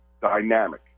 dynamic